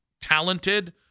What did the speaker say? talented